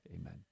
amen